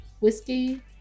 whiskey